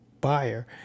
buyer